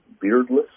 beardless